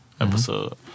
episode